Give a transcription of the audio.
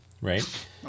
right